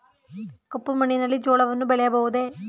ಕಪ್ಪು ಮಣ್ಣಿನಲ್ಲಿ ಜೋಳವನ್ನು ಬೆಳೆಯಬಹುದೇ?